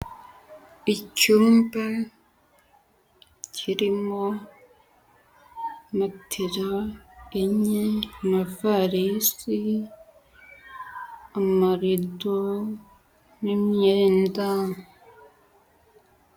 Icyumba kirimo matera enye, amavarisi, amarido, n'imyenda.